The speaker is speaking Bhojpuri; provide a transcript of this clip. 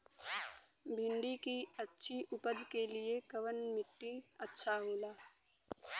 भिंडी की अच्छी उपज के लिए कवन मिट्टी अच्छा होला?